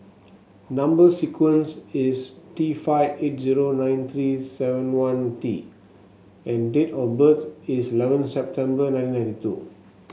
number sequence is T five eight zero nine three seven one T and date of birth is eleven September nineteen ninety two